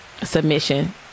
submission